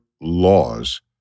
laws